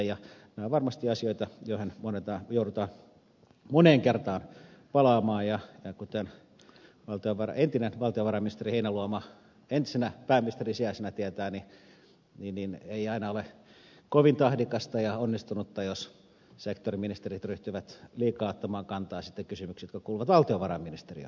nämä ovat varmasti asioita joihin joudutaan moneen kertaan palaamaan ja kuten entinen valtiovarainministeri heinäluoma entisenä pääministerin sijaisena tietää niin ei aina ole kovin tahdikasta ja onnistunutta jos sektoriministerit ryhtyvät liikaa ottamaan kantaa sitten kysymyksiin jotka kuuluvat valtiovarainministeriön rooteliin